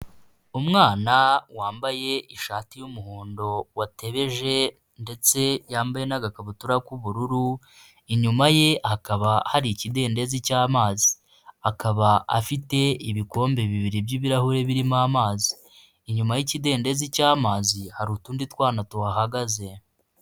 Umwana wambaye ishati y'umuhondo watebeje ndetse yambaye n'agakabutura k'ubururu, inyuma ye hakaba hari ikidendezi cy'amazi, akaba afite ibikombe bibiri by'ibirahure birimo amazi, inyuma y'kidendezi cyamazi hari utundi twana tuhahagaze.